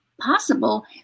possible